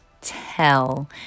tell